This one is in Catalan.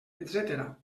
etcètera